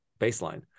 baseline